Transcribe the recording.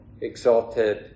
exalted